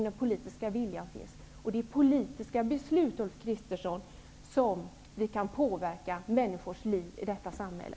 Det är genom politiska beslut, Ulf Kristersson, som vi kan påverka människors liv i detta samhälle.